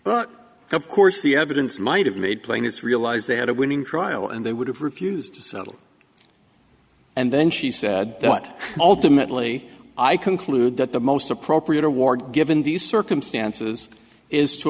but of course the evidence might have made plain it's realize they had a winning trial and they would have refused to settle and then she said what ultimately i concluded that the most appropriate award given these circumstances is t